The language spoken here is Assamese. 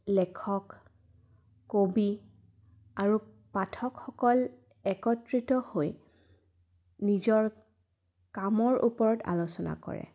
লেখক কবি আৰু পাঠকসকল একত্ৰিত হৈ নিজৰ কামৰ ওপৰত আলোচনা কৰে